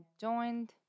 joined